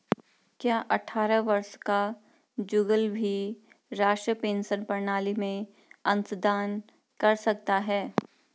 क्या अट्ठारह वर्ष का जुगल भी राष्ट्रीय पेंशन प्रणाली में अंशदान कर सकता है?